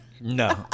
No